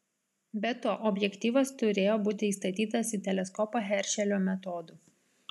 be to objektyvas turėjo būti įstatytas į teleskopą heršelio metodu